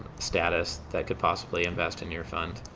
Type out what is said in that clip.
status that could possibly invest in your fund.